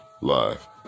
Live